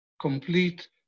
complete